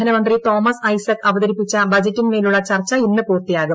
ധനമന്ത്രി തോമസ് ഐസക് അവതരിപ്പിച്ച ബജറ്റിന്മേലുള്ള ചർച്ച ഇന്ന് പൂർത്തിയാകും